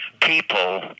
people